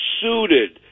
suited